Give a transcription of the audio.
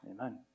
Amen